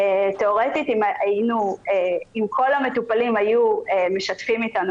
תיאורטית אם כל המטופלים היו משתפים איתנו